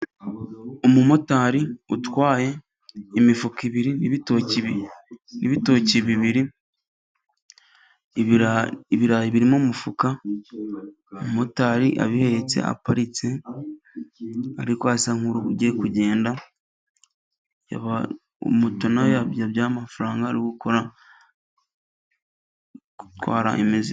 Umumotari utwaye imifuka ibiri， n'ibitoki bibiri，ibirayi biri mu mufuka，umumotari abihetse，aparitse，ariko asa nk'ugiye kugenda. Moto nayo yabyaye amafaranga， ari gukora gutwara imizigo.